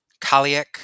Kaliak